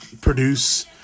produce